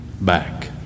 back